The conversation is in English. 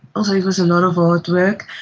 also it was a lot of hard work,